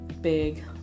big